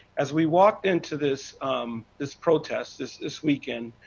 as we walked into this um this protest, this this weekend,